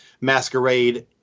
masquerade